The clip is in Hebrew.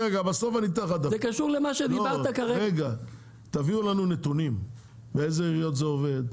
מבקש שתביאו לנו נתונים באיזה עיריות זה עובד,